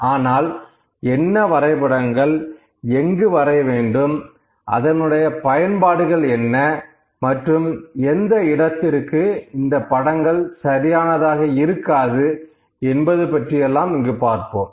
ஆனால் என்ன வரைபடங்கள் எங்கு வரைய வேண்டும் அதனுடைய பயன்பாடுகள் என்ன மற்றும் எந்த இடத்திற்கு இந்த படங்கள் சரியானதாக இருக்காது என்பது பற்றியெல்லாம் இங்கு பார்ப்போம்